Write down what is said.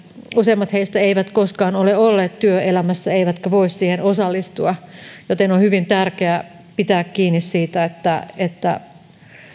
useimmat heistä eivät koskaan ole olleet työelämässä eivätkä voi siihen osallistua joten on hyvin tärkeää pitää kiinni siitä että että